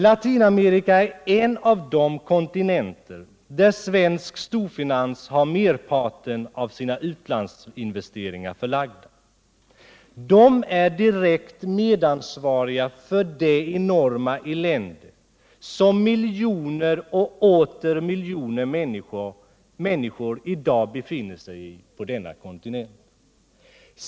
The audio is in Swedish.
Latinamerika är en av de kontinenter dit svensk storfinans har merparten av sina utlandsinvesteringar förlagd. Den är direkt medansvarig för det enorma elände som miljoner och åter miljoner människor i dag befinner sig i på denna kontinent.